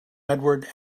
edward